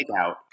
takeout